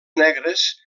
negres